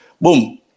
boom